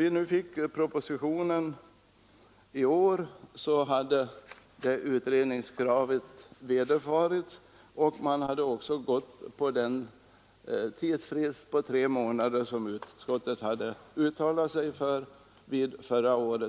I årets proposition har utredningskravet uppfyllts och det föreslås en tidsfrist av tre månader, som utskottet hade uttalat sig för. Därför tycker